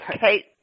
Kate